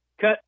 Cut